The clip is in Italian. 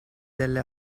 delle